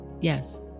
yes